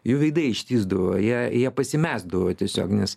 jų veidai ištįsdavo jie jie pasimesdavo tiesiog nes